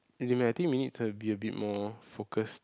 really meh I think we need to be a bit more focused